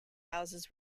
houses